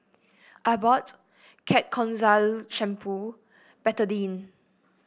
Abbott Ketoconazole Shampoo Betadine